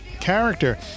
character